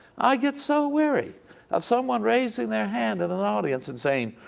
i get so weary of someone raising their hand in an audience and saying,